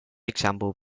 example